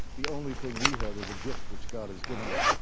the only thing we have is a gift which god has given us,